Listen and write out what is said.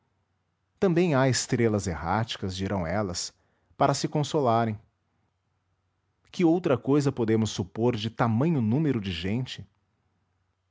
também há estrelas erráticas dirão elas para se consolarem que outra cousa podemos supor de tamanho número de gente